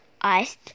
ice